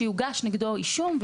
שיוגש נגד הנהג אישום,